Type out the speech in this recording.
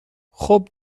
خوب